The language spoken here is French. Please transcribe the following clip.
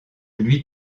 lui